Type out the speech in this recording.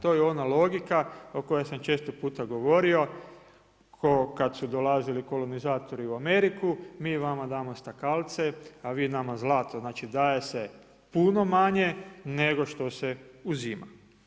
To je ona logika o kojoj sam često puta govorio kao kada su dolazili kolonizatori u Ameriku, mi vama damo stakalce a vi nama zlato, znači daje se puno manje nego što se uzima.